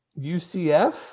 UCF